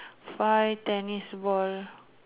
five tennis ball